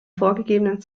vorgegebenen